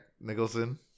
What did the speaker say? Nicholson